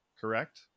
correct